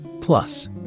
Plus